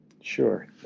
sure